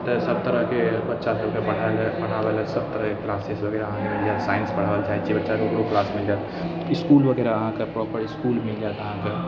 एतऽ सबतरहके बच्चासबके पढ़ाबैलए सबतरहके क्लासेज वगैरह अहाँके मिल जाइत साइन्स पढ़ाबैलए चाहै छिए बच्चाके ओकरो क्लास मिल जाएत इसकुल वगैरह अहाँके प्रॉपर इसकुल मिल जाएत अहाँके